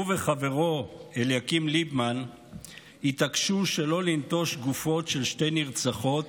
הוא וחברו אליקים ליבמן התעקשו שלא לנטוש גופות של שתי נרצחות,